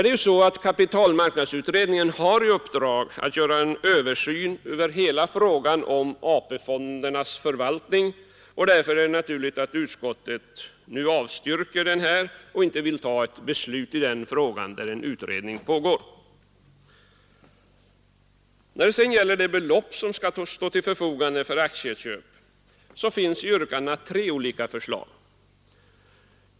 Eftersom kapitalmarknadsutredningen har i uppgift att göra en översyn över hela frågan om AP-fondernas förvaltning, är det därför naturligt att utskottet avstyrker detta förslag och inte vill ta ett beslut i den här frågan så länge en utredning pågår. Vad det gäller det belopp som skall stå till förfogande för aktieköp finns i yrkandena tre olika förslag.